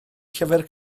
llyfr